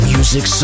Music